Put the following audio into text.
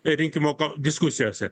rinkimo ko diskusijose